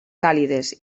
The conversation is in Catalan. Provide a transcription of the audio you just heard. càlides